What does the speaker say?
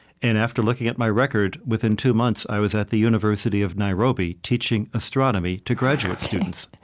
and after looking at my record, within two months i was at the university of nairobi teaching astronomy to graduate students